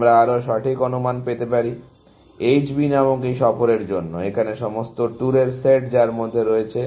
আমরা আরো সঠিক অনুমান পেতে পারি H B নামক এই সফরের জন্য যেখানে সমস্ত ট্যুরের সেট যার মধ্যে রয়েছে